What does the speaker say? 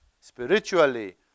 Spiritually